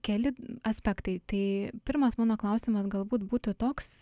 keli aspektai tai pirmas mano klausimas galbūt būtų toks